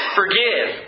forgive